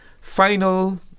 final